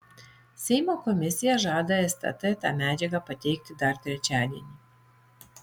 seimo komisija žada stt tą medžiagą pateikti dar trečiadienį